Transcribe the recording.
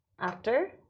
actor